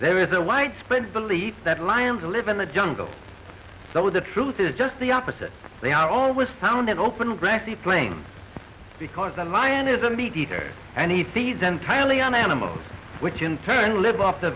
there is a widespread belief that lions live in the jungle so the truth is just the opposite they are always found it open grassy plains because the lion is a meat eater and he sees entirely on animals which in turn live off the